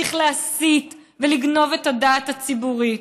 ממשיך להסית ולגנוב את הדעת הציבורית.